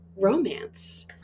romance